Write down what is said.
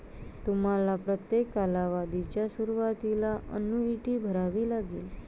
तुम्हाला प्रत्येक कालावधीच्या सुरुवातीला अन्नुईटी भरावी लागेल